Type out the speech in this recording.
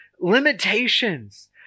limitations